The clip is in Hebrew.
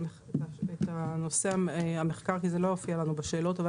נושא המחקר לא הופיע בשאלה ששלחת.